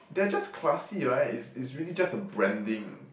they're just classy right it's it's really just the branding